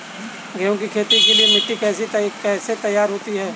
गेहूँ की खेती के लिए मिट्टी कैसे तैयार होती है?